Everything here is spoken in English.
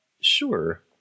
Sure